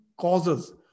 causes